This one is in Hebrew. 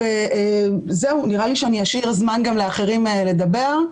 זהו, אני אשאיר זמן גם לאחרים לדבר.